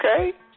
Okay